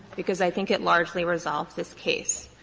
because i think it largely resolves this case.